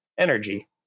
Energy